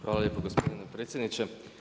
Hvala lijepo gospodine predsjedniče.